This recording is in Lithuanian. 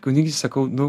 kunigystę sakau nu